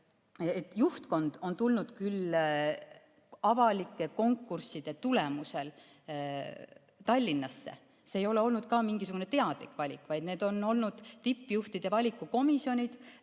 aga juhtkond on tulnud küll avalike konkursside tulemusel Tallinnasse. See ei ole olnud mingisugune teadlik valik, vaid tippjuhtide valiku komisjonid